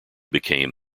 became